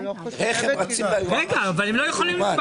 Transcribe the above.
איך הם רצים ליועמ"שית.